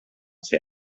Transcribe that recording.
ser